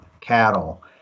cattle